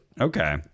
Okay